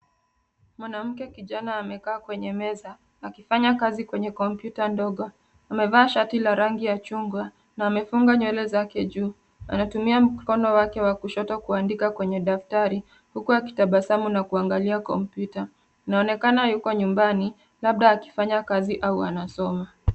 Mwanamke kijana amekaa kwenye meza akifanya kazi kwenye kompyuta ndogo. Amevaa shati la rangi ya chungwa. Amefunga nywele zake juu. Anatumia mkono wake wa kushoto kuandika kwenye daftari huku akitabasamu na kuangalia kompyuta. Anaonekana yuko nyumbani labda akifanya kazi au anasoma.